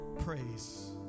Praise